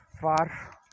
far